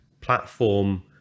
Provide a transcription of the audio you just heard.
platform